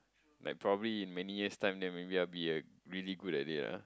like probably in many years time then maybe I be a really good at it ah